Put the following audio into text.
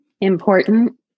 important